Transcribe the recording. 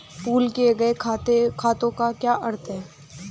Pool किए गए खातों का क्या अर्थ है?